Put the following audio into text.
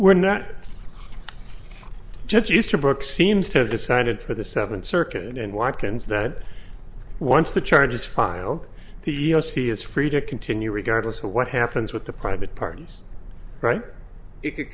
we're not judge easterbrook seems to have decided for the seventh circuit and watkins that once the charges filed the yosi is free to continue regardless of what happens with the private parties right or it could